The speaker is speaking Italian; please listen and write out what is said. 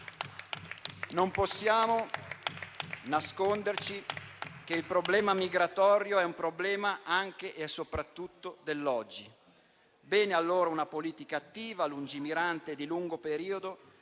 Non possiamo nasconderci che il problema migratorio è anche e soprattutto un problema dell'oggi. Va bene, allora, una politica attiva, lungimirante, di lungo periodo,